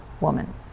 woman